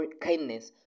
kindness